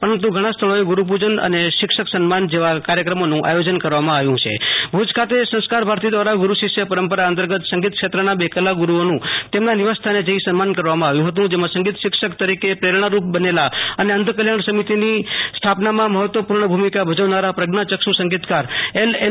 પરંતુ ઘણા સ્થળોએ ગુ રૂપુજન અને શિક્ષક સન્માન જેવા કાર્યક્રમીનું આયોજન કરવામાં આવ્યુ હતું ભુજ ખાતે સંસ્કાર ભારતી દ્રારા ગુરૂશિષ્ય પરંપરા અંતર્ગત સંગીતક્ષેત્રના બે કલાગૂરૂઓનું તેમના નિવાસ સ્થાને જઈ સન્માન કરવામાં આવ્યુ હતું જેમાં સંગીત શિક્ષક તરીકે પ્રેરણાદાય બનેલા અને અંધ કલ્યાણ સમિતિની સ્થાપનામાં મહત્વની ભુમિકા ભજવનારા પ્રજ્ઞાયક્ષુ સંગીતકાર એલએન